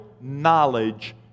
knowledge